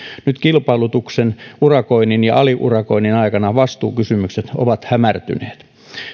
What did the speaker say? nyt kilpailutuksen urakoinnin ja aliurakoinnin aikana vastuukysymykset ovat hämärtyneet